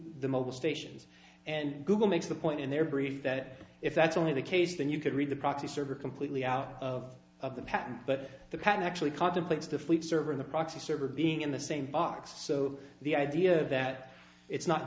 the mobile stations and google makes the point in their brief that if that's only the case then you could read the proxy server completely out of of the patent but the pattern actually contemplates the fleet server in the proxy server being in the same box so the idea that it's not